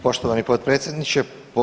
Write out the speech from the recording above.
Poštovani potpredsjedniče.